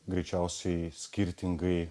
greičiausiai skirtingai